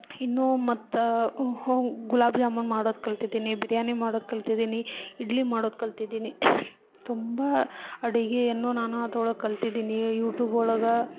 ಇನ್ನೂ ಮತ್ತು ಹ್ಞೂ ಗುಲಾಬ್ ಜಾಮೂನು ಮಾಡೋದು ಕಲ್ತಿದ್ದೀನಿ ಬಿರಿಯಾನಿ ಮಾಡೋದು ಕಲ್ತಿದ್ದೀನಿ ಇಡ್ಲಿ ಮಾಡೋದು ಕಲ್ತಿದ್ದೀನಿ ತುಂಬ ಅಡುಗೆಯನ್ನು ನಾನು ಅದ್ರೊಳಗೆ ಕಲ್ತಿದ್ದೀನಿ ಯೂಟೂಬ್ ಒಳಗೆ